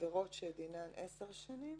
"עבירות שדינן 10 שנים,